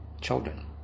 children